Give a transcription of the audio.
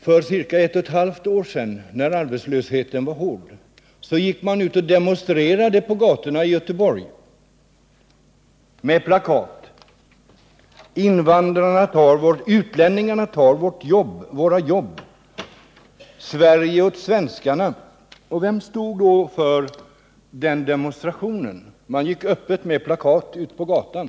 För ca ett och ett halvt år sedan, när arbetslösheten var hård, gick man ut och demonstrerade på gatorna i Göteborg med plakat med texten: Utlänningarna tar våra jobb — Sverige åt svenskarna. Vem stod för den demonstrationen? De gick med plakat öppet på gatan.